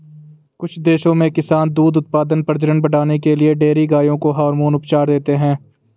कुछ देशों में किसान दूध उत्पादन, प्रजनन बढ़ाने के लिए डेयरी गायों को हार्मोन उपचार देते हैं